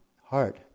heart